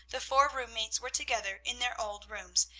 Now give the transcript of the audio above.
the four room-mates were together in their old rooms,